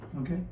okay